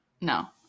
No